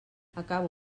acabo